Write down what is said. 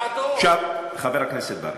עכשיו, חבר הכנסת ברכה,